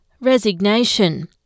resignation